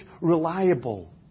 reliable